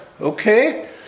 okay